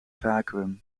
vacuüm